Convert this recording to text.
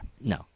No